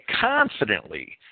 confidently